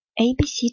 ABC